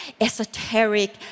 esoteric